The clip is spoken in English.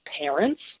parents